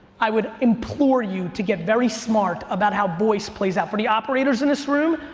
i would implore you to get very smart about how voice plays out. for the operators in this room,